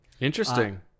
Interesting